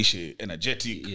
energetic